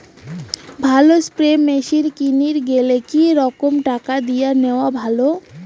ভালো spray machine কিনির গেলে কি রকম টাকা দিয়া নেওয়া ভালো?